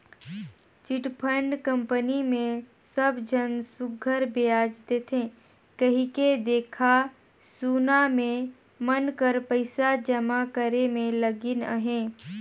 chit fund company मे सब झन सुग्घर बियाज देथे कहिके देखा सुना में मन कर पइसा जमा करे में लगिन अहें